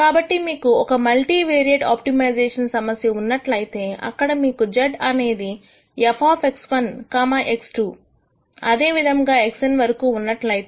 కాబట్టి మీకు ఒక మల్టీ వేరియేట్ ఆప్టిమైజేషన్ సమస్య ఉన్నట్లయితే అక్కడ మీకు z అనేది f x2 అదే విధముగా xn వరకు ఉన్నట్లయితే